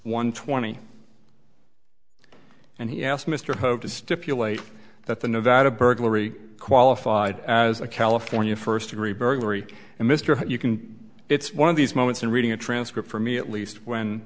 one twenty and he asked mr hope to stipulate that the nevada burglary qualified as a california first degree burglary and mr you can it's one of these moments in reading a transcript for me at least when